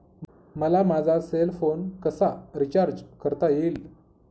मला माझा cell phone कसा रिचार्ज करता येईल?